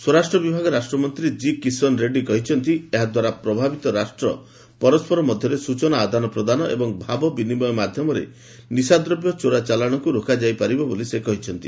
ସ୍ୱରାଷ୍ଟ୍ର ବିଭାଗ ରାଷ୍ଟ୍ରମନ୍ତ୍ରୀ ଜି କିଶନ ରେଡ୍ରୀ କହିଛନ୍ତି ଏହାଦ୍ୱାରା ପ୍ରଭାବିତ ରାଷ୍ଟ୍ର ପରସ୍କର ମଧ୍ୟରେ ସ୍କୁଚନା ଆଦାନ ପ୍ରଦାନ ଏବଂ ଭାବ ବିନିମୟ ମାଧ୍ୟମରେ ନିଶାଦ୍ରବ୍ୟ ଚୋରାଚାଲାଣକୁ ରୋକାଯାଇ ପାରିବ ବୋଲି ସେ ମତବ୍ୟକ୍ତ କରିଛନ୍ତି